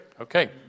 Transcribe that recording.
okay